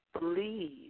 believe